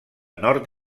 nord